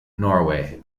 norway